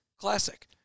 Classic